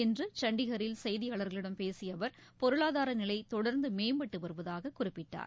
இன்று சண்டிகரில் செய்தியாளர்களிடம் பேசிய அவர் பொருளாதார நிலை தொடர்ந்து மேம்பட்டு வருவதாக குறிப்பிட்டார்